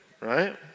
right